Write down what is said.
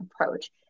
approach